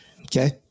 Okay